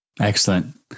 Excellent